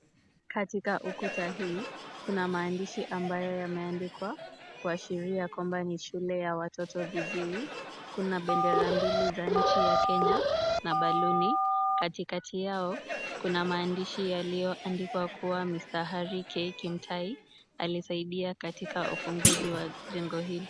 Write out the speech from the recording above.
Katika ukuta hii, kuna maandishi ambayo yameandikwa kuashiria kwamba ni shule ya watoto viziwi. Kuna bendera mbili za nchi ya Kenya na baluni katikati yao kuna maandishi yaliyoandikwa kuwa Mr. Hari k Kimtai alisaidia katika ufunguzi wa jengo hili.